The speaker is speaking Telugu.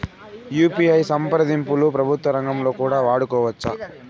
యు.పి.ఐ సంప్రదింపులు ప్రభుత్వ రంగంలో కూడా వాడుకోవచ్చా?